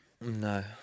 No